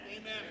Amen